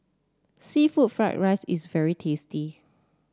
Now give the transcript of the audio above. seafood Fried Rice is very tasty